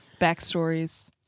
Backstories